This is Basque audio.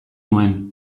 nuen